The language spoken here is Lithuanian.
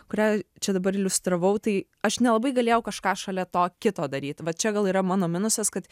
kurią čia dabar iliustravau tai aš nelabai galėjau kažką šalia to kito daryt va čia gal yra mano minusas kad